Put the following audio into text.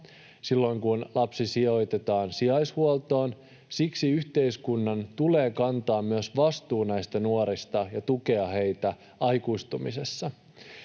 silloin kun lapsi sijoitetaan sijaishuoltoon. Siksi yhteiskunnan tulee kantaa myös vastuu näistä nuorista ja tukea heitä aikuistumisessa.